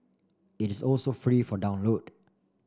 it is also free for download